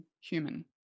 Human